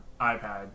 iPad